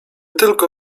tylko